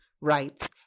rights